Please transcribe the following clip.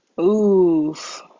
Oof